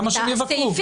למה שהם יבקרו?